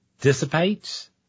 dissipates